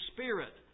Spirit